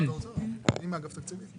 אני מאגף תקציבים.